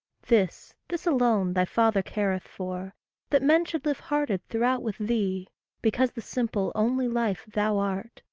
this, this alone thy father careth for that men should live hearted throughout with thee because the simple, only life thou art,